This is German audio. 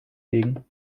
legen